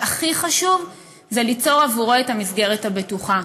והכי חשוב זה ליצור עבורו את המסגרת הבטוחה.